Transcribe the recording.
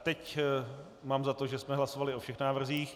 Teď mám za to, že jsme hlasovali o všech návrzích.